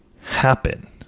happen